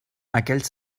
aquells